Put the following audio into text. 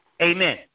Amen